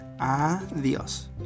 Adios